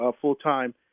full-time